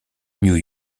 new